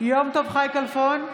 יום טוב חי כלפון,